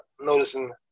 noticing